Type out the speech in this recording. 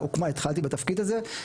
התחלתי בתפקיד הזה,